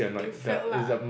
it failed lah